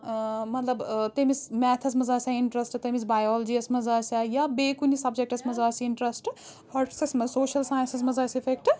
مطلب تٔمِس میتھَس منٛز آسیٛا اِنٹرَسٹ تٔمِس بَیالجیَس منٛز آسیٛا یا بیٚیہِ کُنہِ سَبجَکٹَس مَنٛز آسہِ اِنٹرَسٹ ہاٹسَس منٛز سوشَل ساینَسَس مَنٛز آسہِ اِفٮ۪کٹ